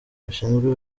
bishinzwe